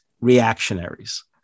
reactionaries